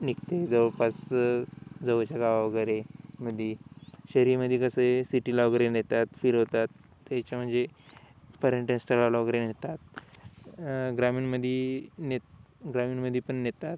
निघते जवळपास जवळच्या गावा वगैरे मध्ये शहरीमध्ये कसं आहे सिटीला वगैरे नेतात फिरवतात त्याच्या म्हणजे पर्यटन स्थळाला वगैरे नेतात ग्रामीणमध्ये नेत ग्रामीणमध्ये पण नेतात